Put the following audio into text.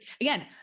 again